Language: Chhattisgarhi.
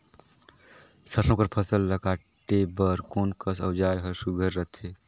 सरसो कर फसल ला काटे बर कोन कस औजार हर सुघ्घर रथे?